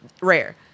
Rare